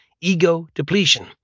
ego-depletion